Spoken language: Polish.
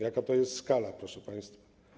Jaka to jest skala, proszę państwa.